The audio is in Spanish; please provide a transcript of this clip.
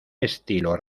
estilo